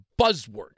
buzzword